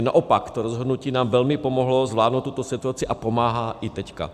Naopak to rozhodnutí nám velmi pomohlo zvládnout tuto situaci a pomáhá i teď.